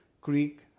Greek